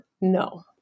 no